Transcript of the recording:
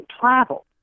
travel